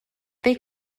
they